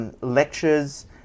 Lectures